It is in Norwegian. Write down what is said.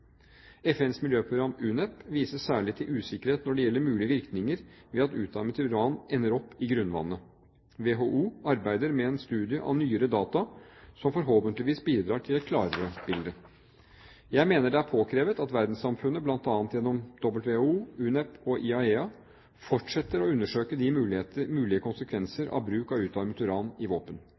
FNs miljøprogram, UNEP, viser særlig til usikkerhet når det gjelder mulige virkninger ved at utarmet uran ender opp i grunnvannet. WHO arbeider med en studie av nyere data som forhåpentligvis bidrar til et klarere bilde. Jeg mener det er påkrevet at verdenssamfunnet, bl.a. gjennom WHO, UNEP og IAEA, fortsetter å undersøke de mulige konsekvenser av bruk av utarmet uran i våpen.